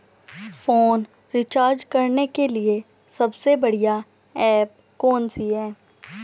Phone recharge करने के लिए सबसे बढ़िया ऐप कौन सी है?